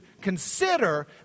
Consider